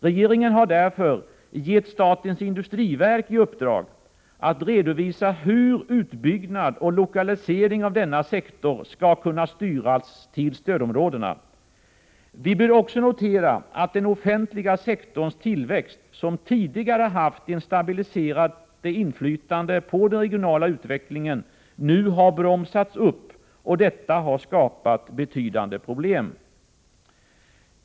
Regeringen har därför givit statens industriverk i uppdrag att redovisa hur utbyggnad och lokalisering av denna sektor skall kunna styras till stödområdena. Vi bör också notera, att den offentliga sektorns tillväxt, som tidigare haft ett stabiliserande inflytande på den regionala utvecklingen, nu har bromsats upp. Detta har skapat betydande problem.